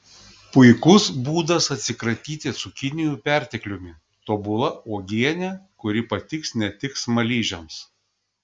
puikus būdas atsikratyti cukinijų pertekliumi tobula uogienė kuri patiks ne tik smaližiams